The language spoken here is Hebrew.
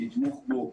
לתמוך בו.